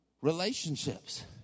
relationships